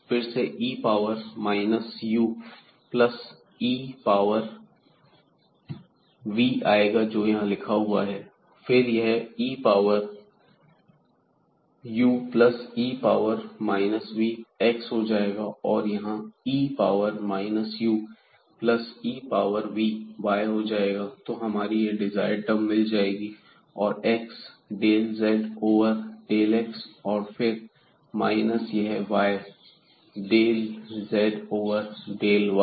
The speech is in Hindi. फिर से e power minus u plus e power v आएगा जो यहां लिखा हुआ है फिर यह e power u plus e power minus v x हो जाएगा और यहां e power minus u plus e power v y हो जाएगा तो हमें हमारी डिजायर्ड टर्म मिल जाएगी यह x del z over del x और फिर माइनस यह y और del z over del y